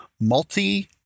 multi-